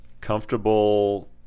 comfortable